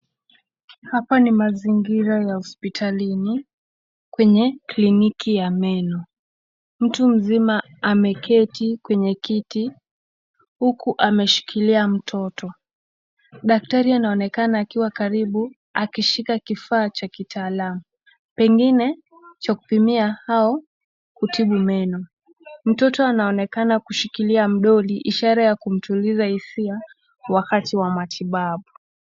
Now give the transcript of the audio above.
Hapa ni mazingira ya hospitalini kwenye kliniki ya meno. Mtu mzima ameketi kwenye kiti huku ameshikilia mtoto. Daktari anaonekana akiwa karibu akishika kifaa cha kitaalam pengine cha kupimia hao kutibu meno. Mtoto anaonekana kushikilia mdoli ishara ya kumtuliza hisia wakati wa matibabu.